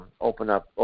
open-up